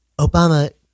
Obama